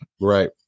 Right